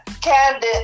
Candid